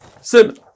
Sim